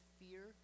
fear